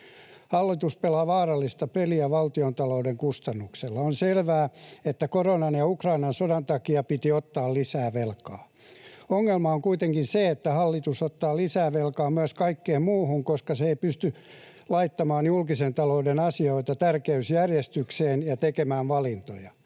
Hallitus pelaa vaarallista peliä valtiontalouden kustannuksella. On selvää, että koronan ja Ukrainan sodan takia piti ottaa lisää velkaa. Ongelma on kuitenkin se, että hallitus ottaa lisää velkaa myös kaikkeen muuhun, koska se ei pysty laittamaan julkisen talouden asioita tärkeysjärjestykseen ja tekemään valintoja.